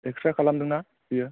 x-ray खालामदोंना बियो